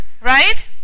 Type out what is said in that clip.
Right